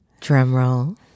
Drumroll